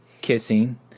kissing